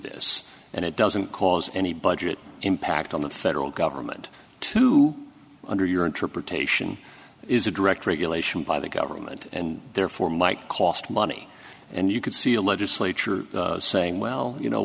this and it doesn't cause any budget impact on the federal government to under your interpretation is a direct regulation by the government and therefore might cost money and you could see a legislature saying well you know